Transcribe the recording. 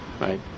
right